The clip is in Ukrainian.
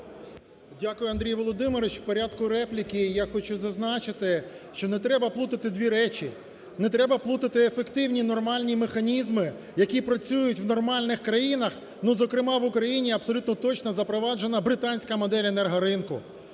Дякую, Андрію Володимировичу. В порядку репліки я хочу зазначити, що не треба плутати дві речі: не треба плутати ефективні нормальні механізми, які працюють в нормальних країнах, ну, зокрема, в Україні абсолютно точно запроваджена британська модель енергоринку;